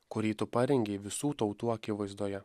kurį tu parengei visų tautų akivaizdoje